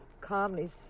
Calmly